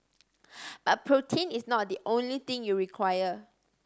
but protein is not the only thing you require